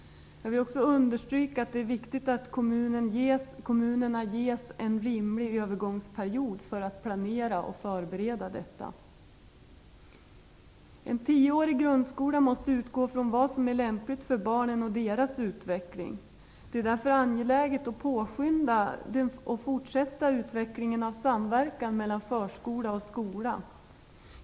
Jag vill understryka att det är viktigt att kommunerna ges en rimlig övergångsperiod för att planera och förbereda detta. En tioårig grundskola måste utgå från vad som är lämpligt för barnen och deras utveckling. Det är därför angeläget att påskynda en fortsatt utveckling av samverkan mellan förskola och skola.